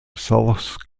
south